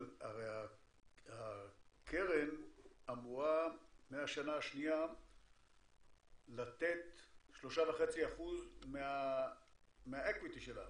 אבל הקרן אמורה מהשנה השנייה לתת 3.5% מהאקוויטי שלה,